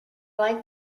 like